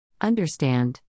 understand